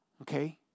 Okay